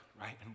right